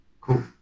Cool